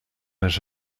out